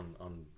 on